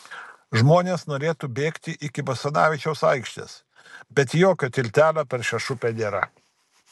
žmonės norėtų bėgti iki basanavičiaus aikštės bet jokio tiltelio per šešupę nėra